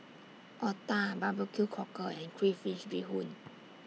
Otah Barbecue Cockle and Crayfish Beehoon